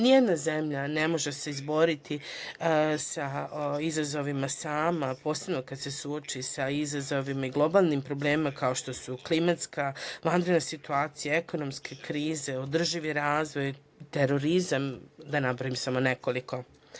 Nijedna zemalja ne može se izboriti sa izazovima sama, posebno kad se suoči sa izazovima i globalnim problemima kao što su klimatska, vanredna situacija, ekonomske krize, održivi razvoj, terorizam, da nabrojim samo nekoliko.